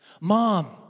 mom